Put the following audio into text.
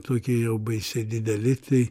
tokie jau baisiai dideli tai